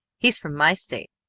he's from my state!